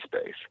space